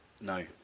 no